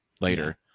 later